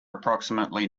approximately